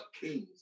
kings